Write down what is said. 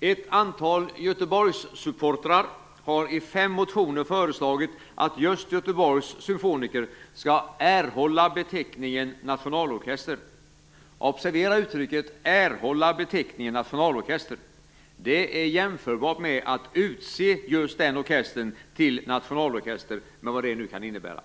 Ett antal göteborgssupportrar har i fem motioner föreslagit att just Göteborgs symfoniker skall erhålla beteckningen nationalorkester. Observera uttrycket "erhålla beteckningen nationalorkester". Det är jämförbart med att utse just den orkestern till nationalorkester med vad det nu kan innebära.